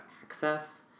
access